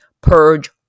purge